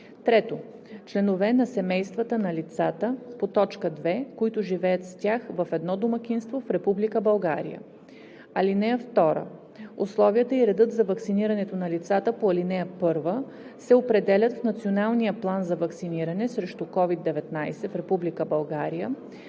3. членове на семействата на лицата по т. 2, които живеят с тях в едно домакинство в Република България. (2) Условията и редът за ваксинирането на лицата по ал. 1 се определят в националния план за ваксиниране срещу COVID-19 в